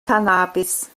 cannabis